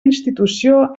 institució